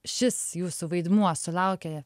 šis jūsų vaidmuo sulaukė